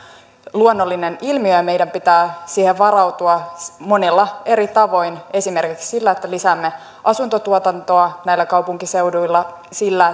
luonnollinen ilmiö ja meidän pitää siihen varautua monilla eri tavoilla esimerkiksi sillä että lisäämme asuntotuotantoa näillä kaupunkiseuduilla sillä